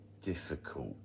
difficult